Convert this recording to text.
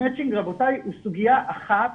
המצ'ינג, רבותיי, הוא סוגיה אחת